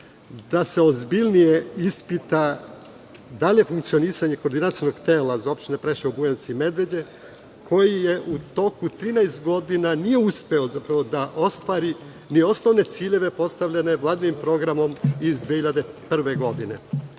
se ozbiljnije ispita da li je funkcionisanje koordinacionog tela za opštine Preševo, Bujanovac i Medveđu, koji u toku 13 godina nije uspeo da ostvari ni osnovne ciljeve postavljene Vladinim programom iz 2001. godine.